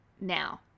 now